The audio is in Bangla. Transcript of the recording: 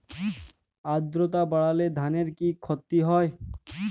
আদ্রর্তা বাড়লে ধানের কি ক্ষতি হয়?